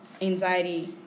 anxiety